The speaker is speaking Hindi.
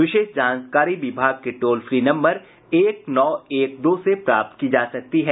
विशेष जानकारी विभाग के टोल फ्री नम्बर एक नौ एक दो से प्राप्त की जा सकती है